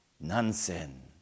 Nansen